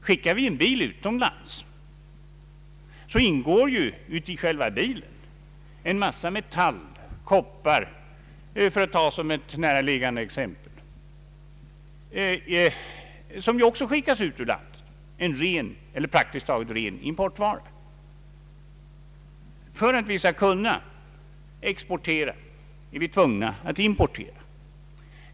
Exporterar vi en bil, så ingår ju i själva bilen en mängd metall — koppar, för att ta ett näraliggande exempel — som är en ren eller praktiskt taget ren importvara. För att exportera är vi tvungna att importera.